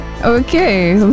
Okay